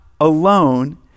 alone